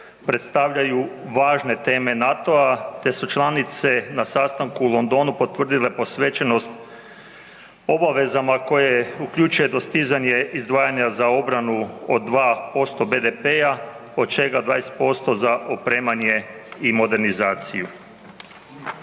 predstavljaju važne teme NATO-a te su članice na sastanku u Londonu potvrdile posvećenost obavezama koje uključuje dostizanje izdvajanja za obranu od 2% BDP-a, od čega 20% za opremanje i modernizaciju.